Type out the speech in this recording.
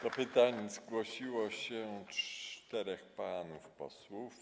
Do pytań zgłosiło się czterech panów posłów.